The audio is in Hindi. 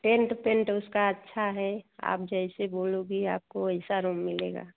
टेंट पेंट उसका अच्छा है आप जैसे बोलोगी आपको वैसा रूम मिलेगा